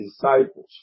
disciples